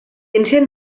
encén